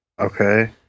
Okay